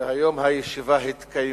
והיום הישיבה התקיימה.